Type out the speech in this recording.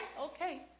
Okay